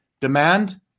demand